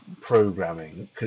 programming